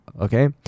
Okay